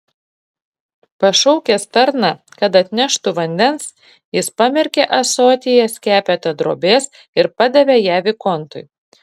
pašaukęs tarną kad atneštų vandens jis pamerkė ąsotyje skepetą drobės ir padavė ją vikontui